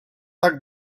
tak